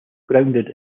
grounded